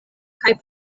kaj